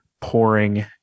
pouring